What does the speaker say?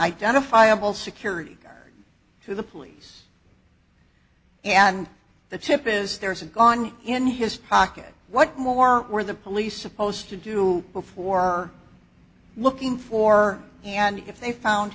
identifiable security to the police and the chip is theirs and gone in his pocket what more were the police supposed to do before looking for and if they found